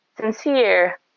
sincere